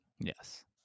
Yes